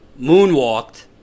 moonwalked